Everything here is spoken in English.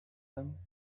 them